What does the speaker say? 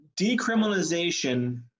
decriminalization